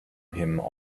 him